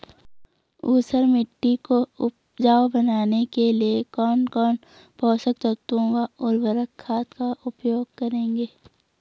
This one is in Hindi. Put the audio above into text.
ऊसर मिट्टी को उपजाऊ बनाने के लिए कौन कौन पोषक तत्वों व उर्वरक खाद का उपयोग करेंगे?